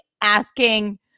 asking